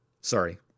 Sorry